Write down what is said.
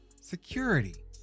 security